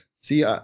see